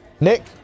Nick